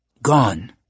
Gone